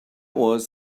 was